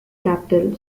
capital